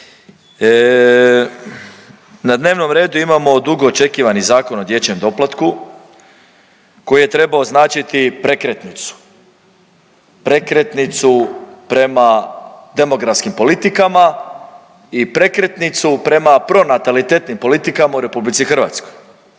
Na dnevnom redu imamo dugo očekivani Zakon o dječjem doplatku, koji je trebao značiti prekretnicu. Prekretnicu prema demografskim politikama i prekretnicu prema pronatalitetnim politikama u RH.